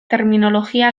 terminologia